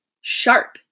sharp